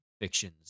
fictions